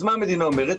אז מה המדינה אומרת?